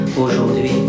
Aujourd'hui